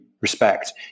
respect